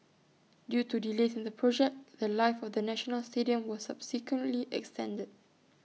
due to delays in the project The Life of the national stadium was subsequently extended